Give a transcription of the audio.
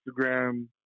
Instagram